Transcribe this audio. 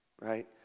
right